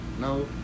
No